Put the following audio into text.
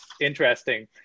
interesting